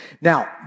Now